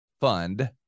fund